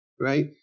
Right